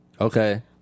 Okay